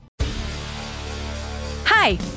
Hi